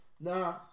Nah